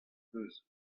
peus